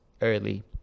early